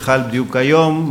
שחל בדיוק היום,